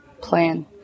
plan